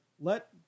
let